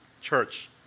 Church